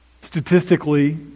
Statistically